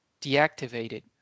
deactivated